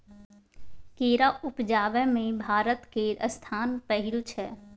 केरा उपजाबै मे भारत केर स्थान पहिल छै